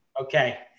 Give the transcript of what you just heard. Okay